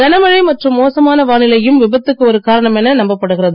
கனமழை மற்றும் மோசமான வானிலையும் விபத்துக்கு ஒரு காரணம் என நம்பப் படுகிறது